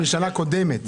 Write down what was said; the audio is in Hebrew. משנה קודמת.